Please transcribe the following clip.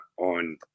on